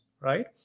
right